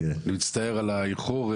אני מצטער על האיחור.